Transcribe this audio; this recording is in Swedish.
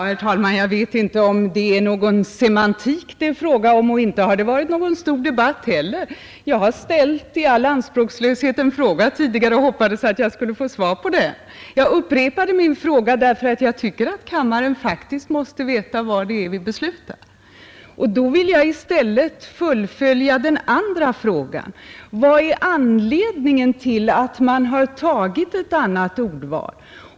Herr talman! Jag vet inte om det är fråga om någon semantik och inte heller har det varit någon stor debatt. Jag ställde i all anspråkslöshet en fråga tidigare och hoppades att jag skulle få ett svar på den. Jag upprepade min fråga därför att jag ansåg att kammaren faktiskt måste veta vad det är den beslutar om. Jag skall nu i stället fullfölja min andra fråga. Av vilken anledning har man ändrat ordval?